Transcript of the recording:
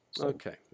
Okay